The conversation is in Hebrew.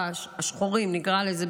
"השחורים" נקרא לזה,